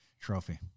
trophy